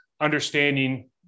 understanding